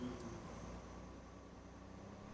अं हं